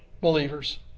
believers